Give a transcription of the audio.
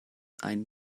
ein